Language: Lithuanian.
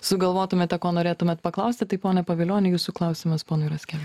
sugalvotumėte ko norėtumėt paklausti taip pone pavilioni jūsų klausimas ponui raske